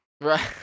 Right